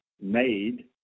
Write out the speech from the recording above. made